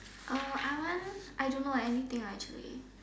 uh I want I don't know anything lah actually